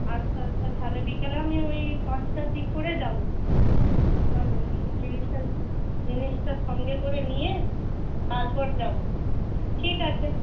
আচ্ছা আচ্ছা তাহলে বিকেলে আমি ওই পাঁচটার দিক করে যাব আপনার জিনিসটা জিনিসটা সঙ্গে করে নিয়ে তারপর যাব ঠিক আছে